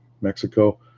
Mexico